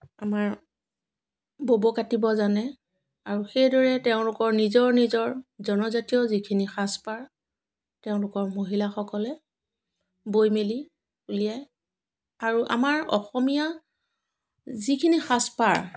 আমাৰ ব'ব কাটিব জানে আৰু সেইদৰে তেওঁলোকৰ নিজৰ নিজৰ জনজাতীয় যিখিনি সাজপাৰ তেওঁলোকৰ মহিলাসকলে বৈ মেলি উলিয়াই আৰু আমাৰ অসমীয়া যিখিনি সাজপাৰ